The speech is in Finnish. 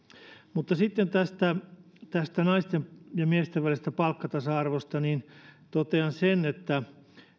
sitten tästä tästä naisten ja miesten välisestä palkkatasa arvosta totean sen että